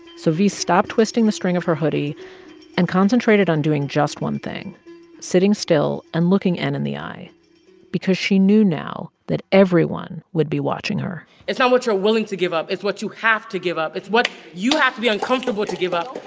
so v stopped twisting the string of her hoodie and concentrated on doing just one thing sitting still and looking n in the eye because she knew now that everyone would be watching her n it's not um what you're willing to give up. it's what you have to give up. it's what you have to be uncomfortable to give up.